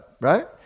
right